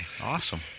awesome